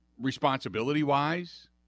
responsibility-wise